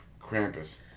Krampus